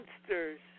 monsters